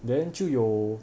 then 就有